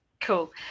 Cool